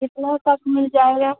कितना तक मिल जाएगा